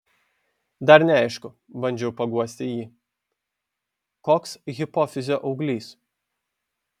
dar neaišku bandžiau paguosti jį koks hipofizio auglys